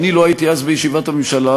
אני לא הייתי אז בישיבת הממשלה,